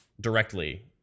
directly